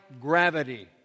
gravity